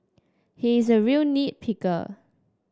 he is a real nit picker